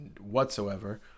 whatsoever